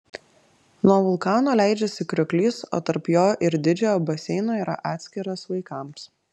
nuo vulkano leidžiasi krioklys o tarp jo ir didžiojo baseino yra atskiras vaikams